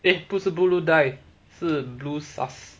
eh 不是 blue die 是 blue sus